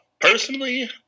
Personally